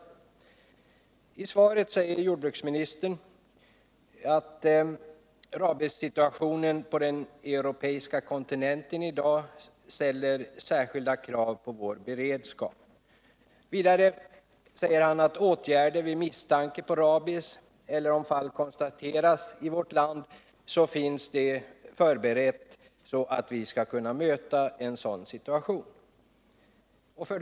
Jordbruksministern säger i sitt svar att rabiessituationen på den europeiska kontinenten i dag ställer särskilda krav på vår beredskap. Vidare säger han att vi har förberett åtgärder för att möta den situation som uppstår vid misstanke om rabies eller för den händelse att fall av rabies konstateras i vårt land.